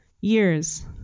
Years